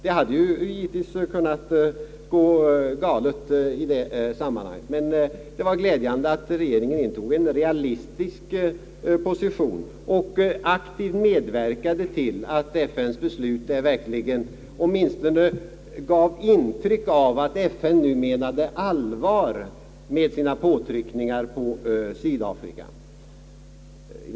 Det hade givetvis kunnat gå galet i det sammanhanget, men det var glädjande att regeringen intog en så realistisk position och aktivt medverkade till att FN:s beslut verkligen gav intryck av att FN nu menade allvar med sina påtryckningar mot Sydafrika.